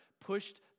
pushed